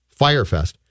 firefest